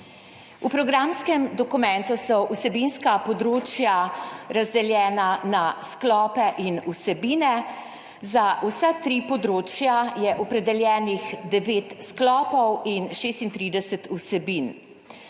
V programskem dokumentu so vsebinska področja razdeljena na sklope in vsebine. Za vsa tri področja je opredeljenih 9 sklopov in 36 vsebin.